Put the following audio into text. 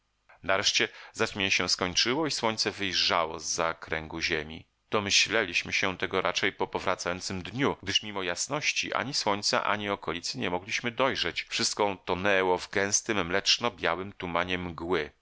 nareszcie zaćmienie się skończyło i słońce wyjrzało z za kręgu ziemi domyśleliśmy się tego raczej po powracającym dniu gdyż mimo jasność ani słońca ani okolicy nie mogliśmy dojrzeć wszystko tonęło w gęstym mleczno białym tumanie mgły